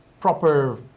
proper